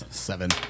seven